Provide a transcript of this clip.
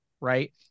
right